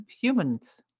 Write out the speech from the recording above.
humans